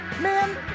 man